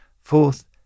Fourth